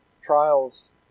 Trials